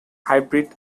hybrid